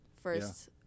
First